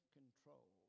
control